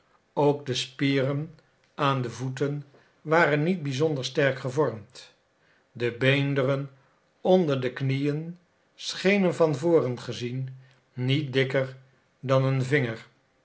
ook de spieren aan de voeten waren niet bizonder sterk gevormd de beenderen onder de knieën schenen van voren gezien niet dikker dan een vinger